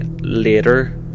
later